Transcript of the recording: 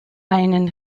einen